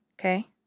Okay